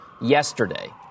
yesterday